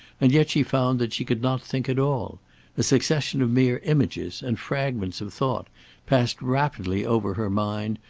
and yet she found that she could not think at all a succession of mere images and fragments of thought passed rapidly over her mind,